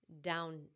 down